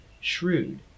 shrewd